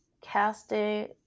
casting